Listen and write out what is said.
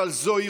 אבל זוהי